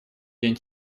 день